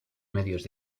medios